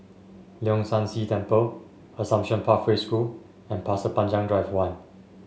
Leong San See Temple Assumption Pathway School and Pasir Panjang Drive One